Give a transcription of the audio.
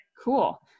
cool